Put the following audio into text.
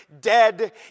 Dead